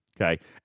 okay